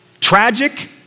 tragic